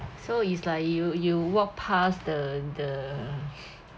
so is like you you walk past the the